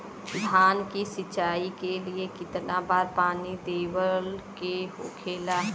धान की सिंचाई के लिए कितना बार पानी देवल के होखेला?